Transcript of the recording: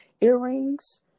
earrings